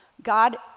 God